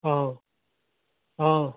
অ অ